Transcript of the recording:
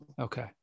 okay